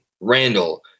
Randall